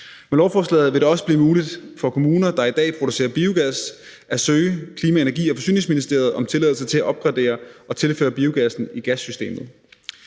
Med lovforslaget vil det også blive muligt for kommuner, der i dag producerer biogas, at søge Klima-, Energi- og Forsyningsministeriet om tilladelse til at opgradere og tilføre biogassen i gassystemet.